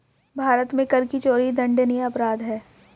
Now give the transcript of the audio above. भारत में कर की चोरी दंडनीय अपराध है